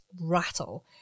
rattle